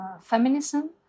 feminism